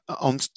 on